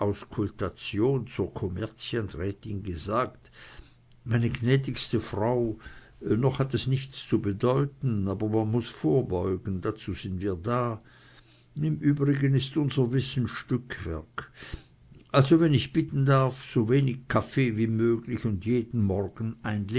auskultation zur kommerzienrätin gesagt meine gnädigste frau noch hat es nichts zu bedeuten aber man muß vorbeugen dazu sind wir da im übrigen ist unser wissen stückwerk also wenn ich bitten darf sowenig kaffee wie möglich und jeden morgen